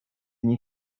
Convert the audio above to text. nie